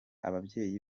ababyeyi